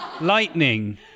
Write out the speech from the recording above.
Lightning